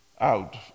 out